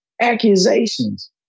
Accusations